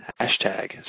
hashtag